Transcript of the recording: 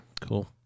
Cool